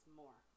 more